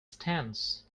stance